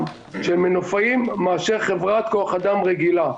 של מנופאים מאשר חברת כוח אדם רגילה.